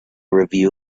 review